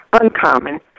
uncommon